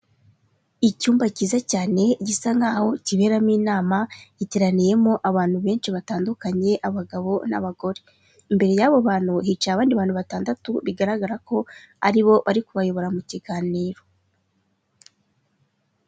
Icyumba cyiza cyane gisa nk'aho kiberamo inama giteraniyemo abantu benshi batandukanye abagabo n'abagore. Imbere y'abo bantu hicaye abandi bantu batandatu bigaragara ko aribo bari kubayobora mu kiganiro.